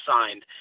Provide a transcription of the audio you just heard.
signed